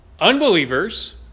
unbelievers